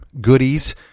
goodies